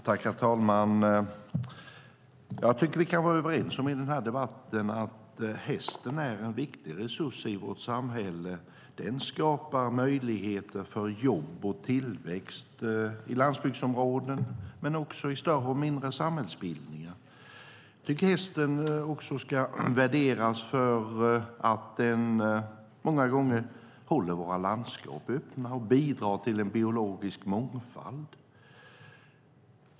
Herr talman! Jag tycker att vi i den här debatten kan vara överens om att hästen är en viktig resurs i vårt samhälle. Den skapar möjligheter för jobb och tillväxt i landsbygdsområden men också i större och mindre samhällsbildningar. Jag tycker att hästen även ska värderas för att den många gånger håller våra landskap öppna och bidrar till en biologisk mångfald.